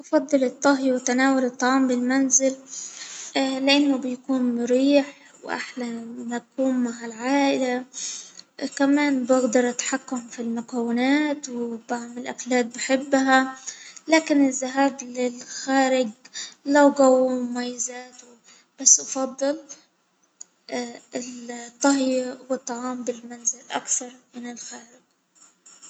أفضل الطهي وتناول الطعام بالمنزل لانه بيكون مريح وأحلى ما يكون مع العائلة، كمان بقدر أتحكم في المكونات وبعمل أكلات بحبها، لكن الذهاب للخارج له مميزات لكن أفضل الطهي والطعام بالمنزل أكثر من الخارج.